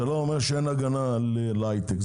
זה לא אומר שאין הגנה על ההיי-טק.